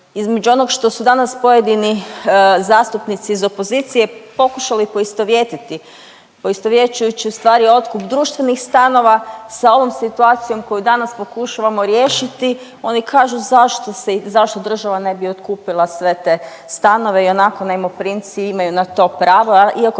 između onog što su danas pojedini zastupnici iz opozicije pokušali poistovjetiti poistovjećujući stvari otkup društvenih stanova sa ovom situacijom koju danas pokušavamo riješiti. Oni kažu zašto se i zašto država ne bi otkupila sve te stanove ionako najmoprimci imaju na to pravo